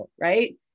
Right